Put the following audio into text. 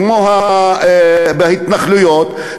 כמו בהתנחלויות,